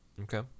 Okay